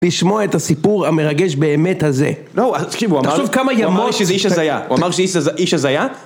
לשמוע את הסיפור המרגש באמת הזה. נו, תקשיב הוא אמר... תחשוב כמה ימות... הוא אמר שזה איש הזייה, הוא אמר שאיש הז... איש הזייה.